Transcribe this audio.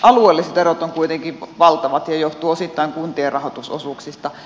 alueelliset erot ovat kuitenkin valtavat ja johtuvat osittain kuntien rahoitusosuuksista